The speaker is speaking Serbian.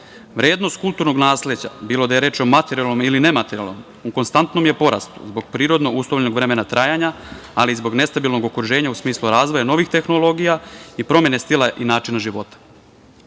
Vrednost kulturnog nasleđa, bilo da je reč o materijalnom ili nematerijalnom u konstantnom je porastu, zbog prirodno uslovljenog vremena trajanja, ali i zbog nestabilnog okruženja u smislu razvoja novih tehnologija i promene stila i načina života.S